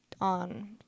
on